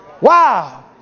Wow